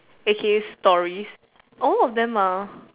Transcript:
A_K_A stories all of them are